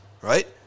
right